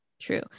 True